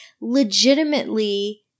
legitimately